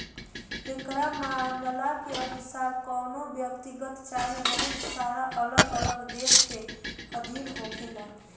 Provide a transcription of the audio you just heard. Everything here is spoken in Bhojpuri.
एकरा मामला के अनुसार कवनो व्यक्तिगत चाहे बहुत सारा अलग अलग देश के अधीन होखेला